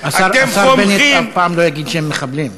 השר בנט אף פעם לא יגיד שהם מחבלים.